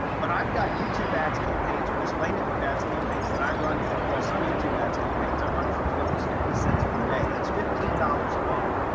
but i've got youtube ads campaigns or display network ads campaigns that i run for a while some youtube ads campaigns, i run for as little as fifty cents per day, that's fifteen dollars a month